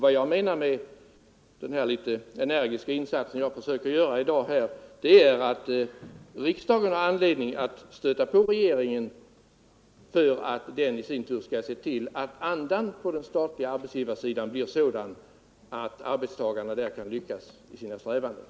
Avsikten med den litet energiska insats som jag försökt göra här i dag har varit att framhålla att riksdagen har anledning att stöta på regeringen så att den ser till att andan på den statliga arbetsgivarsidan blir sådan att arbetstagarna där kan lyckas i sina strävanden.